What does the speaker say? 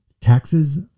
taxes